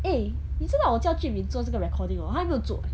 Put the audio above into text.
eh 你知道我叫 jun min 做这个 recording 他还没有做 eh